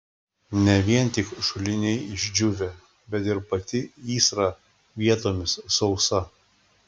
ne vien tik šuliniai išdžiūvę bet ir pati įsra vietomis sausa